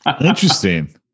Interesting